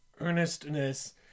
earnestness